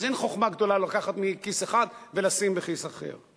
אז אין חוכמה גדולה בלקחת מכיס אחד ולשים בכיס אחר.